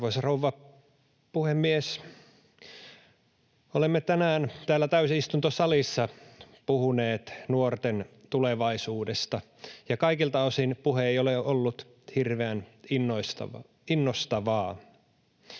Arvoisa rouva puhemies! Olemme tänään täällä täysistuntosalissa puhuneet nuorten tulevaisuudesta, ja kaikilta osin puhe ei ole ollut hirveän innostavaa.